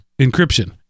encryption